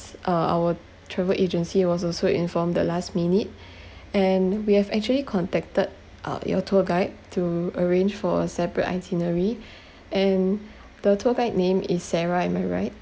uh our travel agency was also informed the last minute and we have actually contacted uh your tour guide to arrange for a separate itinerary and the tour guide name is sarah am I right